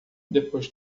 depois